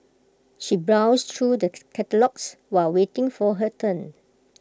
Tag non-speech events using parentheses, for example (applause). she browsed through the (noise) catalogues while waiting for her turn